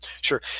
Sure